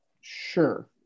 sure